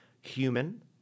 human